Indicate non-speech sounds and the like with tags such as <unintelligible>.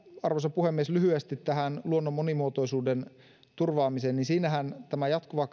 arvoisa puhemies lyhyesti luonnon monimuotoisuuden turvaamiseen siinähän tämä jatkuva <unintelligible>